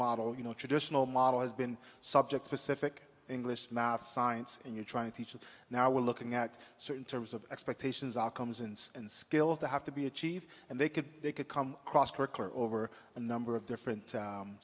model you know traditional model has been subject to pacific english math science and you're trying to teach and now we're looking at certain terms of expectations outcomes and and skills that have to be achieved and they could be they could come across curricular over a number of different